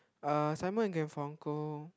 uh Simon and Garfunkel